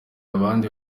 abandi